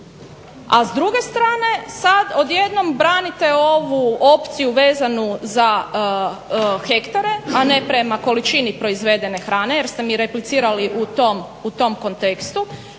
A s druge strane sad odjednom branite ovu opciju vezanu za hektare, a ne prema količini proizvedene hrane jer ste mi replicirali u tom kontekstu.